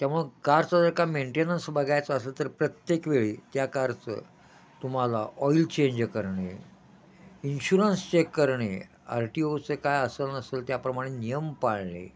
त्यामुळं कारचं जर काय मेंटेन्स बघायचं असेल तर प्रत्येक वेळी त्या कारचं तुम्हाला ऑईल चेंज करणे इन्शुरन्स चेक करणे आर टी ओचं काय असेल नसेल त्याप्रमाणे नियम पाळणे